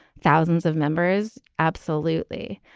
thousands of members. absolutely.